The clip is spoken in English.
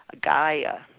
Gaia